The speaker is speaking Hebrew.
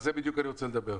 על זה בדיוק אני רוצה לדבר.